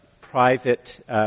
private